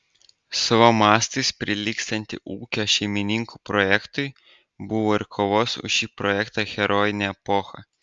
savo mastais prilygstantį ūkio šeimininkų projektui buvo ir kovos už šį projektą herojinė epocha